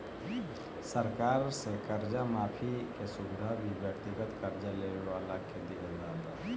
सरकार से कर्जा माफी के सुविधा भी व्यक्तिगत कर्जा लेवे वाला के दीआला